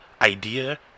idea